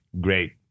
Great